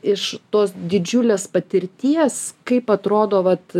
iš tos didžiulės patirties kaip atrodo vat